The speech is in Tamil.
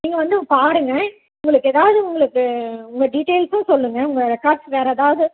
நீங்கள் வந்து பாருங்கள் உங்களுக்கு எதாவது உங்களுக்கு உங்கள் டீட்டெயில்ஸ்ஸும் சொல்லுங்கள் உங்கள் ரெக்கார்ட்ஸில் வேறே எதாவது